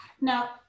now